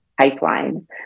pipeline